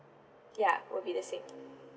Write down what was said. ya would be the same